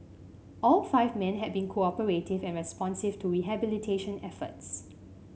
all five men had been cooperative and responsive to rehabilitation efforts